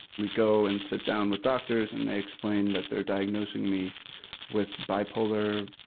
we go and sit down with doctors and they explain that they're diagnosing me with bipolar,